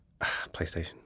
PlayStation